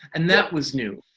and that was new.